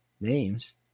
names